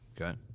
Okay